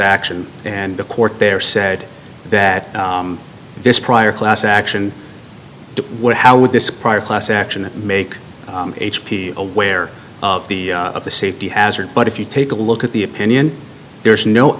action and the court there said that this prior class action would how would this prior class action make h p aware of the of the safety hazard but if you take a look at the opinion there is no